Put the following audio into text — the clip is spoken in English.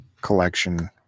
collection